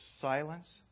silence